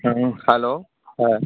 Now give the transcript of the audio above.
ᱦᱮᱸ ᱦᱮᱞᱳ ᱦᱮᱸ